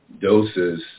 doses